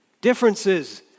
differences